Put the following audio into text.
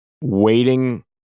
waiting